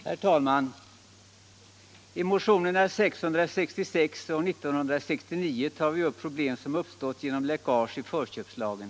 Herr talman! I motionerna 666 och 1969 tar vi upp problem som uppstått genom läckage i förköpslagen.